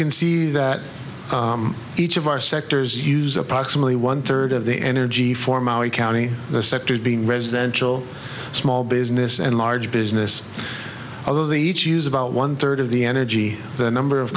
can see that each of our sectors use approximately one third of the energy for maui county the sectors being residential small business and large business although they each use about one third of the energy the number of